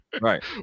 Right